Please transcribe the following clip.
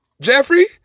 Jeffrey